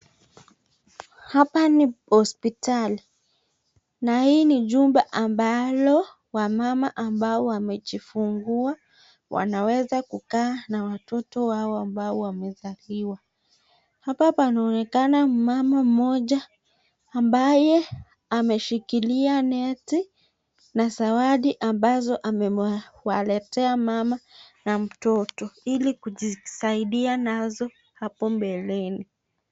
Hapa ni hospitali na hii ni jumba ambalo wamams wamejifungua huwa wanaweza kukaa na watoto wao ambao wamezaliwa, hapa panaonekana mama mmoja ambaye ameshikilia neti na zawadi ambazo amewaletea mama na mtoto ili kujisaidia nazo hapo mbeleni.